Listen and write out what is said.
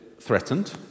threatened